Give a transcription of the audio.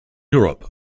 europe